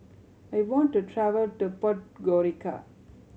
I want to travel to Podgorica